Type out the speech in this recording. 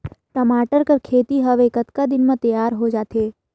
टमाटर कर खेती हवे कतका दिन म तियार हो जाथे?